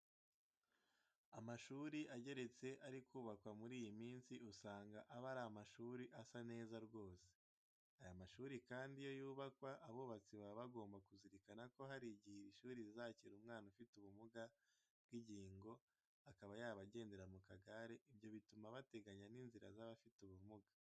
Amashuri ageretse ari kubakwa muri iyi minsi usanga aba ari amashuri asa neza rwose. Aya mashuri kandi iyo yubakwa, abubatsi baba bagomba kuzirikana ko hari igihe iri shuri rizakira umwana ufite ubumuga bw'ingingo akaba yaba agendera mu kagare, ibyo bituma bateganya inzira z'abafite ubumuga.